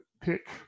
pick